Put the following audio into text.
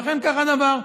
ואכן כך הדבר.